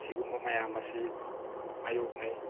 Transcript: ꯁꯤꯒꯨꯝꯕ ꯃꯌꯥꯝ ꯑꯁꯤ ꯃꯥꯌꯣꯛꯅꯩ